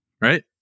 right